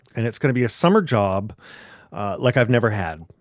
and it's going to be a summer job like i've never had.